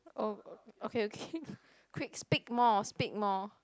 oh okay okay quick speak more speak more